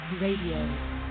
Radio